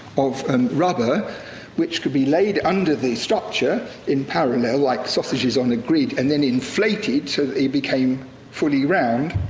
of and rubber which could be laid under the structure in parallel, like sausages on a grid, and then inflated, so they became fully round.